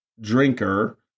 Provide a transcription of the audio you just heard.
drinker